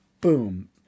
Boom